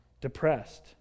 depressed